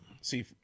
see